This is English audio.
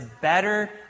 better